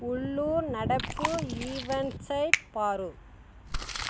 உள்ளூர் நடப்பு ஈவண்ட்ஸை பார்